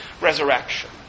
resurrection